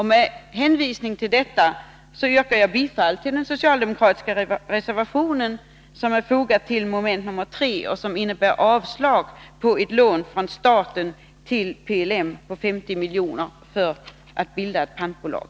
Mot denna bakgrund yrkar jag bifall till den socialdemokratiska reservationen vid mom. 3 i jordbruksutskottets hemställan. I reservationen yrkas avslag på ett förslag om ett lån från staten till PLM på 50 milj.kr. för bildande av pantbolag.